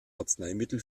arzneimittel